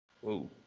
whoa